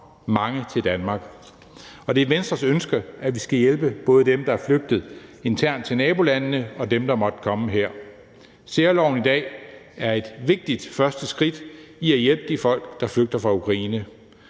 mange til Danmark, og det er Venstres ønske, at vi skal hjælpe både dem, der er flygtet internt til nabolandene, og dem, der måtte komme her. Særloven i dag er et vigtigt første skridt i at hjælpe de folk, der flygter fra Ukraine.